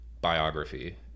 biography